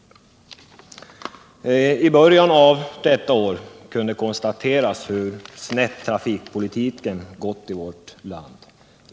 I början av detta år kunde man konstatera hur snett trafikpolitiken gått i vårt land.